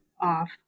off